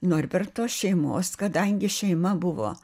norberto šeimos kadangi šeima buvo